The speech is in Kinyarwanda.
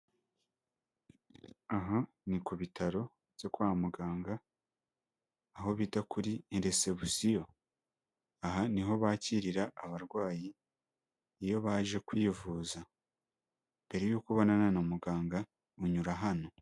Aha ni ku bitaro byo kwa muganga, aho bita kuri iresebusiyo. Aha niho bakirira abarwayi iyo baje kwivuza. Mbere y'uko ubonana na muganga unyura hano.